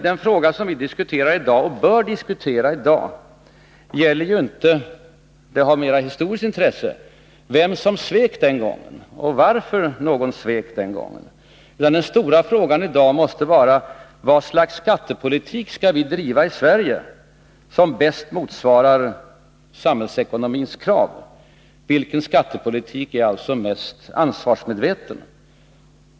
Den fråga som vi bör diskutera i dag gäller ju inte — det har mera historiskt intresse — vem som svek den gången och varför någon svek den gången, utan den stora frågan i dag måste vara vilket slags skattepolitik som vi skall bedriva i Sverige som bäst motsvarar samhällsekonomins krav, dvs. vilken skattepolitik som är mest ansvarsmedveten.